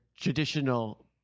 traditional